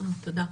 תודה.